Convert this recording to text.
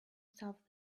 stuff